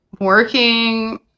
working